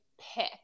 pick